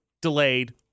delayed